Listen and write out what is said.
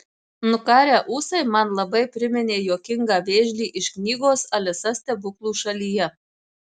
nukarę ūsai man labai priminė juokingą vėžlį iš knygos alisa stebuklų šalyje